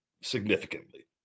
significantly